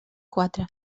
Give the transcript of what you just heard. quatre